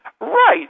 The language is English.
Right